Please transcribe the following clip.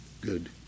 good